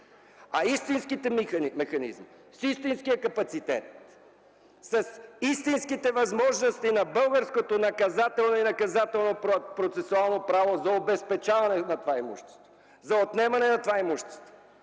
А истинските механизми, с истинския капацитет, с истинските възможности на българското наказателно и наказателно процесуално право за обезпечаване на това имущество, за отнемане на това имущество,